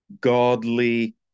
godly